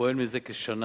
פועל זה כשנה